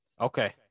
Okay